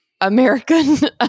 American